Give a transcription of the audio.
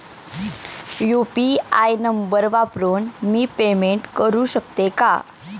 UPI number वापरून मी payment करू शकते का?